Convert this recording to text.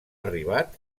arribat